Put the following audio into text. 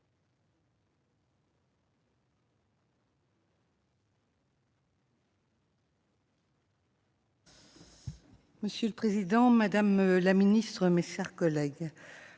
Monsieur le président, madame la ministre, mes chers collègues,